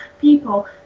people